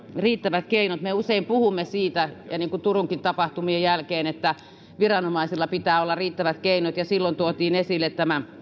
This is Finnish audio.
riittävät keinot me usein puhumme siitä niin kuin turunkin tapahtumien jälkeen että viranomaisilla pitää olla riittävät keinot ja silloin tuotiin esille